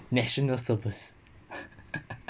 national service